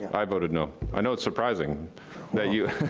i voted no. i know it's surprising that you